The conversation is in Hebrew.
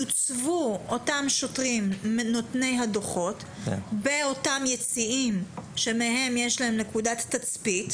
יוצבו אותם שוטרים נותני הדוחות באותם יציעים שמהם יש להם נקודת תצפית,